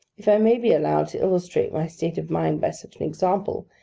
if i may be allowed to illustrate my state of mind by such an example,